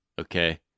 Okay